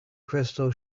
crystal